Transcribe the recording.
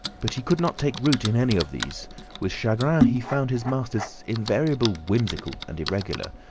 but he could not take root in any of these with chagrin, he found his masters invariably whimsical and irregular,